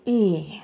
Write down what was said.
ಈ